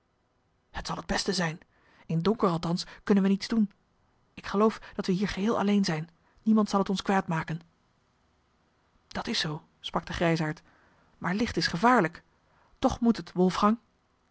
t zal het beste zijn in donker althans kunnen we niets doen ik geloof dat we hier geheel alleen zijn niemand zal het ons kwaad maken dat is zoo sprak de grijsaard maar licht is gevaarlijk toch moet het